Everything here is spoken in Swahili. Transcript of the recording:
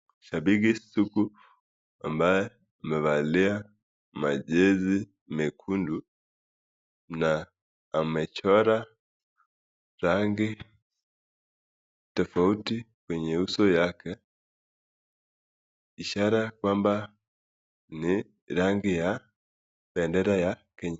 Shabiki sugu ambaye amevalia majezi mekundu, na amechora rangi tofauti kwenye uso wake , ishara kwamba ni rangi ya bendera ya Kenya.